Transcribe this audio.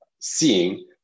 seeing